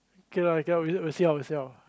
okay okay lah we see how we see how